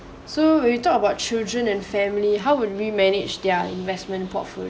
so when we talk about children and family how would we manage their investment portfolio